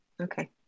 Okay